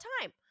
time